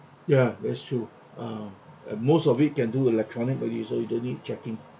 ya that's true uh and most of it can do electronically so you don't need chequing